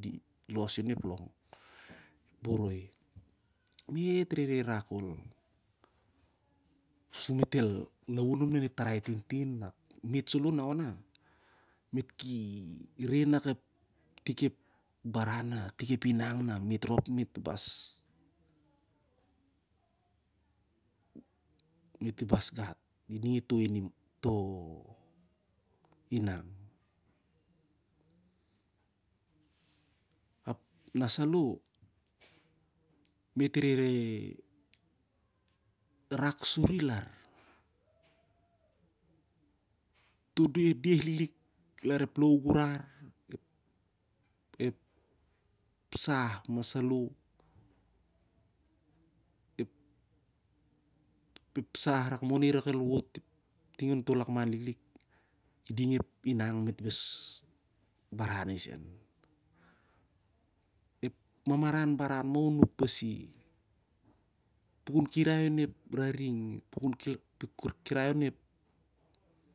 dit losi onep long. Me't rereh rak khol su me't el laun mainep tarai tintin ap. Me't saloh naona me't lo reh nak itik ep baran o ep inang na bas gat iding toh inang. Ap nasaloh me't rereh rak suri las toh deh, deh lillik las ep lou gurar, ep sah masa loh, ep sah rak moh na irak el wot ting onto lakman liklik, iding ep inang me't mas baran isen. Ep mamaran baran mah ol nuk pasi, pukun kirai onep rring, pukun kirai onep-